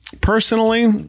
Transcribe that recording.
Personally